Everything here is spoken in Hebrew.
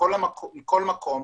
מכל מקום,